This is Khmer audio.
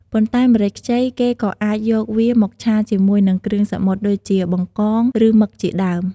ប៉ុន្តែ ម្រេចខ្ចីគេក៏អាចយកវាមកឆាជាមួយនិងគ្រឿងសមុទ្រដូចជា បង្កង ឬមឹកជាដើម។